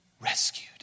rescued